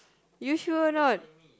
you sure or not